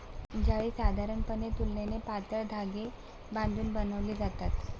जाळी साधारणपणे तुलनेने पातळ धागे बांधून बनवली जातात